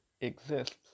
exists